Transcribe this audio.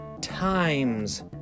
times